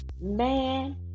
man